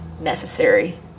necessary